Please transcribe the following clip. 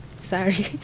Sorry